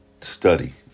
study